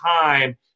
time